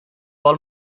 vol